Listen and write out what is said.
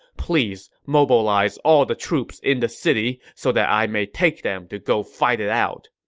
please mobilize all the troops in the city, so that i may take them to go fight it out.